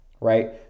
right